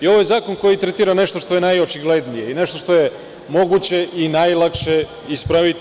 Ovo je zakon koji tretira nešto što je najočiglednije i nešto što je moguće i najlakše ispraviti.